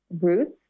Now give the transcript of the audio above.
roots